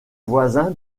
voisin